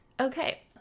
okay